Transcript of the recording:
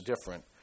different